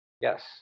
Yes